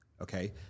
Okay